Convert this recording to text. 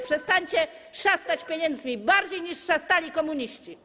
Przestańcie szastać pieniędzmi bardziej, niż szastali nimi komuniści.